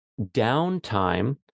downtime